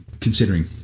considering